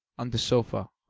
on the sofa.